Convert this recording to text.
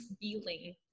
feeling